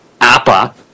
Appa